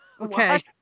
okay